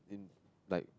been like